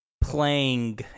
playing